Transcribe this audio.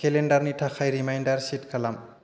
केलेन्डारनि थाखाय reminder set खालाम